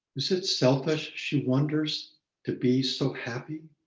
is it selfish? she wonders to be so happy.